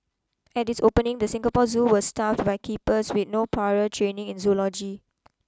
at its opening the Singapore Zoo was staffed by keepers with no prior training in zoology